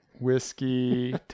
whiskey